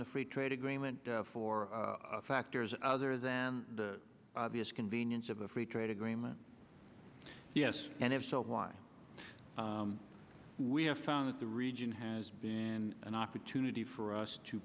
the free trade agreement for factors other than the obvious convenience of the free trade agreement yes and if so why we have found that the region has been an opportunity for us to